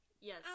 Yes